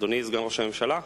אדוני, סגן ראש הממשלה,